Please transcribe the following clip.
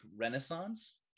Renaissance